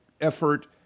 effort